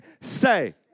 say